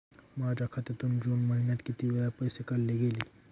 माझ्या खात्यातून जून महिन्यात किती वेळा पैसे काढले गेले?